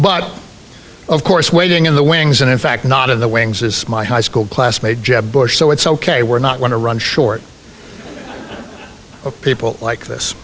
but of course waiting in the wings and in fact not in the wings as my high school classmate jeb bush so it's ok we're not one to run short of people like this